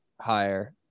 higher